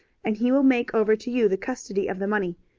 and he will make over to you the custody of the money,